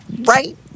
right